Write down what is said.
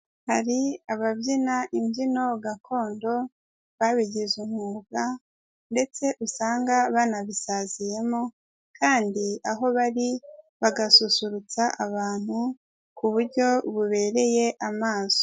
Hari ababyina imbyino gakondo babigize umwuga ndetse usanga banabisaziyemo kandi aho bari bagasusurutsa abantu ku buryo bubereye amaso.